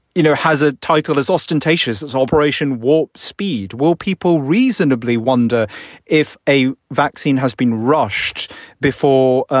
you know, has a title as ostentatious as operation warp speed? will people reasonably wonder if a vaccine has been rushed before?